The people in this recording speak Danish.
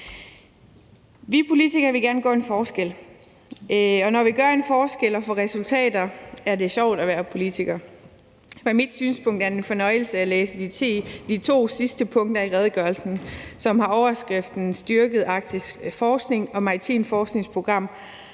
Vi politikere vil gerne gøre en forskel, og når vi gør en forskel og får resultater, er det sjovt at være politiker. Fra mit synspunkt er det en fornøjelse at læse de to sidste punkter i redegørelsen, som har overskrifterne »Styrket arktisk forskning og marint forskningsprogram«